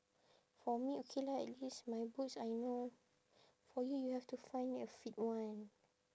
for me okay lah at least my boots I know for you you have to find a fit one